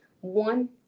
one